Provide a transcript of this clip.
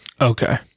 Okay